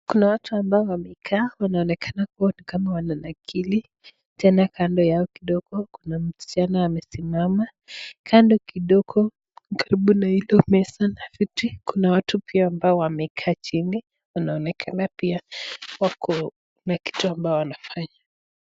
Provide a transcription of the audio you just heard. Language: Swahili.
Kuna watu ambao wamekaa, wanaonekana kuwa ni kama wananakili, tena kando yao kidogo kuna msichana amesimama. Kando kidogo, karibu na hilo meza na viti kuna watu pia ambao wamekaa chini wanaonekana pia wako na kitu ambayo wanafanya.